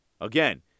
Again